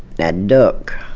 now, duck